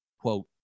quote